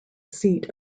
seat